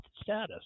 status